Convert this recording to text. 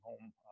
home